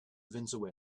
venezuela